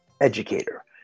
educator